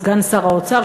סגן שר האוצר,